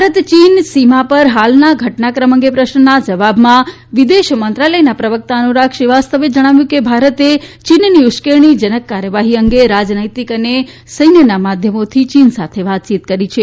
ભારત ચીન સીમા પર ાલના ઘટનાક્રમ અંગેના પ્રશ્નના જવાબમાં વિદેશ મંત્રાલયના પ્રવકતા અનુરાગ શ્રીવાસ્તવે જણાવ્યું ક ભારતે ચીનની ઉશ્કેરણીજનક કાર્યવાહી અંગે રાજનૈતિક અને સૈન્યના માધ્યમોથી ચીન સાથે વાતચીત કરી છે